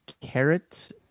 carrot